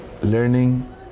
learning